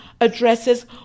addresses